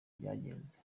byagenze